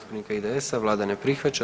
IDS, Vlada ne prihvaća.